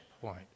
point